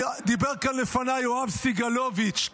דיבר כאן לפניי יואב סגלוביץ'.